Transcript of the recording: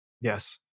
Yes